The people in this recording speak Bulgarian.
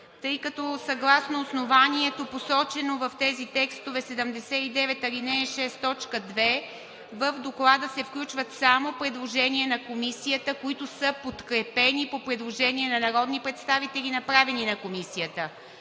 тъй като съгласно основанието, посочено в тези текстове – чл. 79, ал. 6, т. 2, в Доклада се включват само предложения на Комисията, които са подкрепени по предложение на народни представители, направени на Комисията.